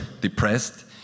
depressed